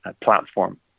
platform